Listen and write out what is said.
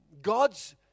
God's